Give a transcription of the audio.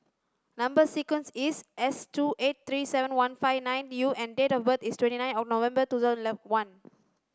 number sequence is S two eight three seven one five nine U and date of birth is twenty nine of November two thousand and one